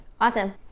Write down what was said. Awesome